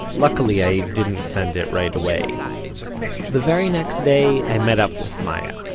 luckily, i didn't send it right away the very next day i met up with maya,